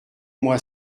moi